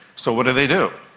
so what do they do?